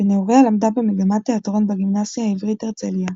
בנעוריה למדה במגמת תיאטרון בגימנסיה העברית "הרצליה".